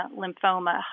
lymphoma